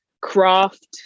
craft